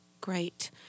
Great